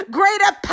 greater